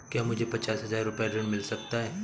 क्या मुझे पचास हजार रूपए ऋण मिल सकता है?